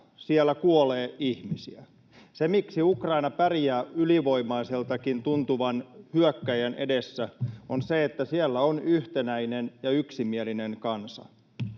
siellä kuolee ihmisiä. Se, miksi Ukraina pärjää ylivoimaiseltakin tuntuvan hyökkääjän edessä, on se, että siellä on yhtenäinen ja yksimielinen kansa.